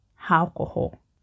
alcohol